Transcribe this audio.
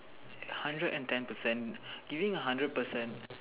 hundred and ten percent giving a hundred percent